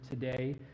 today